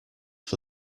for